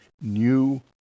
new